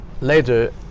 later